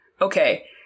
Okay